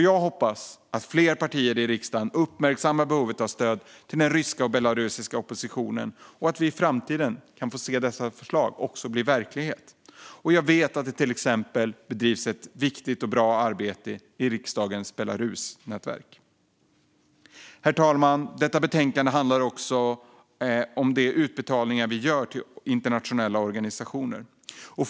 Jag hoppas att fler partier i riksdagen uppmärksammar behovet av stöd till den ryska och belarusiska oppositionen och att vi i framtiden kan få se dessa förslag bli verklighet. Jag vet att det till exempel bedrivs ett viktigt och bra arbete i riksdagens Belarusnätverk. Herr talman! Detta betänkande handlar också om de utbetalningar vi gör till internationella organisationer.